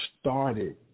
started